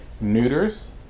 neuters